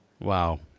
Wow